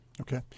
Okay